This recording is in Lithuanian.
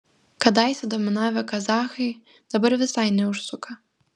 kadaise dominavę kazachai dabar visai neužsuka